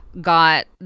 got